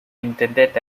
intended